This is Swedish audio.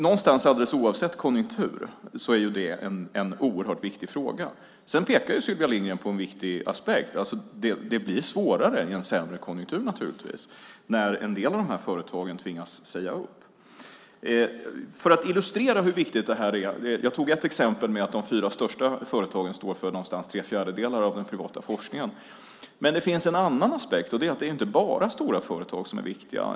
Någonstans, alldeles oavsett konjunktur, är det en oerhört viktig fråga. Sedan pekar Sylvia Lindgren på en viktig aspekt. Det blir naturligtvis svårare i en sämre konjunktur när en del av företagen tvingas säga upp personal. Låt mig illustrera hur viktigt det här är. Jag tog ett exempel med att de fyra största företagen står för ungefär tre fjärdedelar av den privata forskningen. Men det finns en annan aspekt. Det är inte bara stora företag som är viktiga.